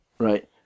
Right